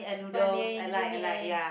ban-mian you-mian